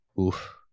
oof